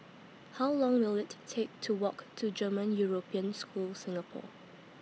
How Long Will IT Take to Walk to German European School Singapore